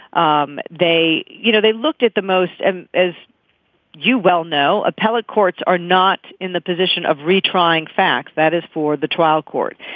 um they you know they looked at the most. and as you well know appellate courts are not in the position of retrying facts that is for the trial court.